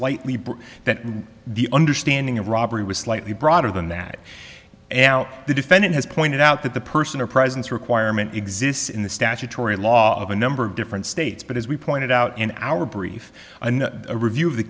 slightly that and the understanding of robbery was slightly broader than that and now the defendant has pointed out that the person or presence requirement exists in the statutory law of a number of different states but as we pointed out and our brief and a review